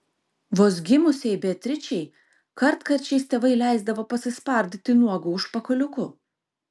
vos gimusiai beatričei kartkarčiais tėvai leisdavo pasispardyti nuogu užpakaliuku